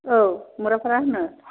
औ मुराफारा होनो